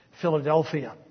Philadelphia